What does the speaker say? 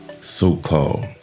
so-called